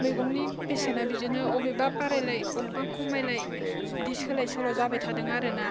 मैगंनि बेसेना बिदिनो अबेबा बारायलाय अबेबा खमायलाय बिदि सोलाय सोल' जाबाय थादों आरोना